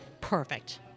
perfect